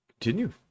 Continue